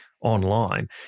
online